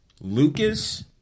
Lucas